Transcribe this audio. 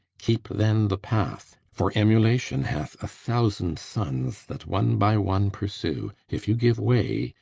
keep then the path, for emulation hath a thousand sons that one by one pursue if you give way,